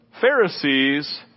Pharisees